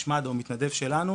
איש מד"א או מתנדב שלנו